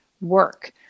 work